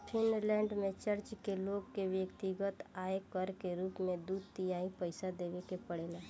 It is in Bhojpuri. फिनलैंड में चर्च के लोग के व्यक्तिगत आय कर के रूप में दू तिहाई पइसा देवे के पड़ेला